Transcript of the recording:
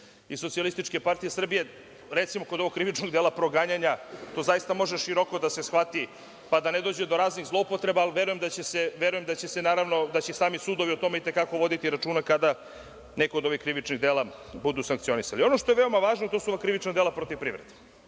sa kolegom Neđom iz SPS recimo kod ovog krivičnog dela proganjanja. To zaista može široko da se shvati, pa da ne dođe do raznih zloupotrebe. Verujem da će se i sami sudovi o tome itekako voditi računa kada neko od ovih krivičnih dela budu sankcionisali. Ono što je veoma važno, to je su ova krivična dela protiv privrede,